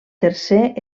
tercer